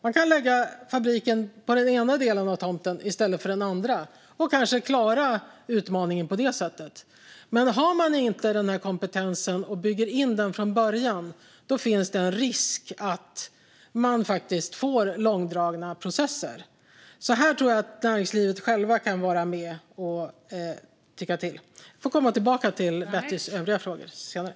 Man kan lägga fabriken på den ena delen av tomten i stället för den andra och kanske klara utmaningen på det sättet. Men har man inte den kompetensen och kan bygga in den från början finns det en risk att man faktiskt får långdragna processer. Här tror jag alltså att näringslivet själva kan vara med och tycka till. Jag får återkomma till Bettys övriga frågor senare.